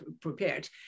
prepared